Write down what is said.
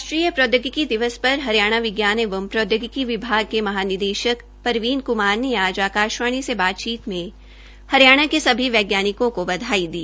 राष्ट्रीय प्रौद्योगिकी दिवस पर हरियाणा विज्ञान एवं प्रौद्योगिकी विभाग के महानिदेशक परवीन क्मार ने आज आकाशवाणी से बातचीत में हरियाणा के सभी वैज्ञानिकों को बधाई दी